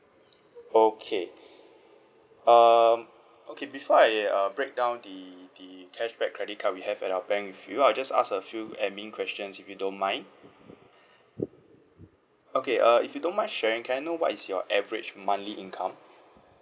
okay um okay before I uh break down the the cashback credit card we have at our bank with you I'll just ask a few admin questions if you don't mind okay err if you don't mind sharing can I know what is your average monthly income